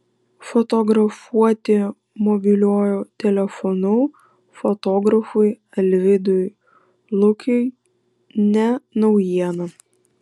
fotografuoti mobiliuoju telefonu fotografui alvydui lukiui ne naujiena